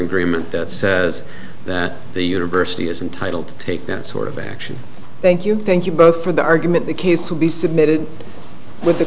agreement that says that the university is entitled to take that sort of action thank you thank you both for the argument the case will be submitted with